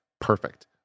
perfect